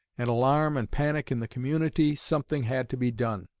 and alarm and panic in the community, something had to be done,